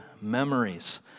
memories